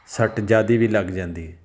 ਸੱਟ ਜ਼ਿਆਦਾ ਵੀ ਲੱਗ ਜਾਂਦੀ ਹੈ